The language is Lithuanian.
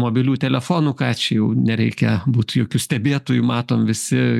mobilių telefonų ką čia jau nereikia būt jokiu stebėtoju matom visi